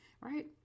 right